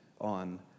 on